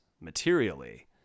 materially